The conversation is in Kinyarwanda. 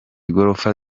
igorofa